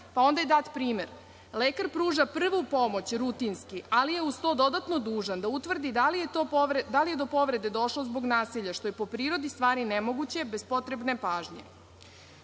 pa onda je dat primer – lekar pruža prvu pomoć rutinski, ali je uz to dodatno dužan da utvrdi da li je do povrede došlo zbog nasilja, što je po prirodi stvari nemoguće bez potrebne pažnje. Naime,